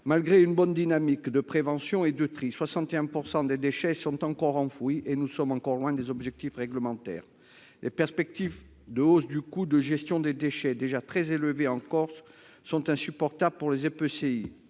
Malgré une bonne dynamique de prévention et de tri, 61 % des déchets sont encore enfouis et nous sommes encore loin des objectifs réglementaires. Les perspectives de hausse du coût de gestion des déchets, déjà très élevé, en Corse sont insupportables pour les EPCI.